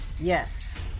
Yes